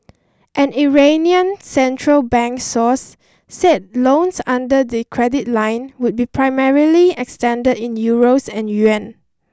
an Iranian central bank source said loans under the credit line would be primarily extended in euros and yuan